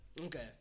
Okay